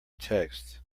text